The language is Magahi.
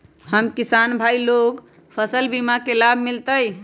हम किसान भाई लोग फसल बीमा के लाभ मिलतई?